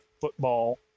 football